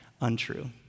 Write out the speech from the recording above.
untrue